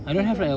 true that